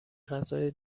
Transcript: غذای